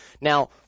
Now